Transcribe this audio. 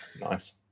Nice